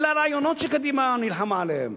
אלה הרעיונות שקדימה נלחמה עליהם.